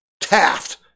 taft